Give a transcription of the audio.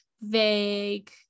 vague